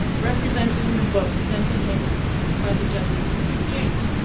represented in a book sent to him by the jesuits in beijing.